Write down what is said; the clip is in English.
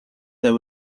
there